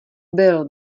byl